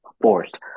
forced